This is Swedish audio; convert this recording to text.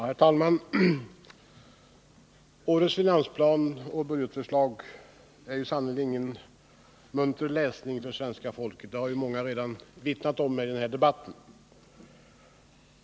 Herr talman! Årets finansplan och budgetförslag är sannerligen ingen munter läsning för svenska folket. Det har många talare redan vittnat om i denna debatt.